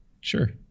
sure